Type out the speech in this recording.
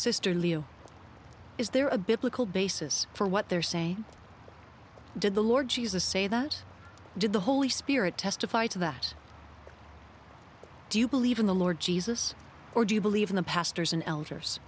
sister leo is there a biblical basis for what they're saying did the lord jesus say that did the holy spirit testify to that do you believe in the lord jesus or do you believe in the pastors and elders